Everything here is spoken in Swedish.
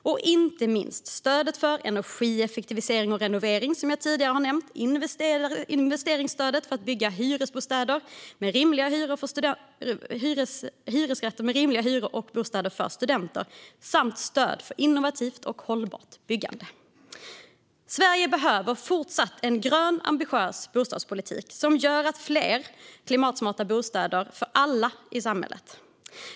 Inte minst finns stöd för energieffektivisering och renovering, som jag tidigare har nämnt, investeringsstöd för att bygga hyresrätter med rimliga hyror och bostäder för studenter samt stöd för innovativt och hållbart byggande. Sverige behöver även fortsättningsvis en grön och ambitiös bostadspolitik som gör att det byggs fler klimatsmarta bostäder för alla i samhället.